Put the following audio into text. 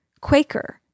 Quaker